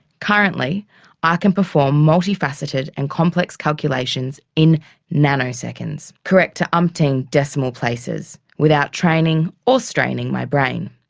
currently i can perform multifaceted and complex calculations in nanoseconds, correct to umpteen decimal places without training or straining my brain.